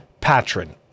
Patron